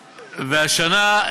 והשנה,